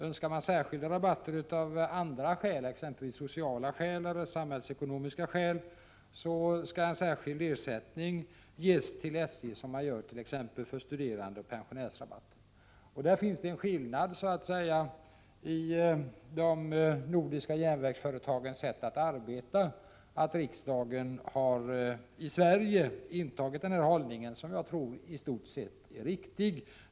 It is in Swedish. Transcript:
Önskar SJ rabatter av andra skäl — exempelvis sociala eller samhällsekonomiska — skall en särskild ersättning ges till SJ, som sker beträffande t.ex. studerandeoch pensionärsrabatter. Där finns en skillnad i de nordiska järnvägsföretagens sätt att arbeta. Den svenska riksdagen har alltså intagit denna hållning, som jag tror i stort sett är riktig.